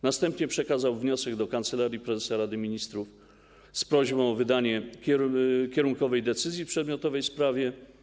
Następnie przekazał wniosek do Kancelarii Prezesa Rady Ministrów z prośbą o wydanie kierunkowej decyzji w przedmiotowej sprawie.